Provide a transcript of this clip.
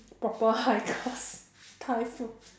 proper high class Thai food